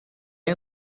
you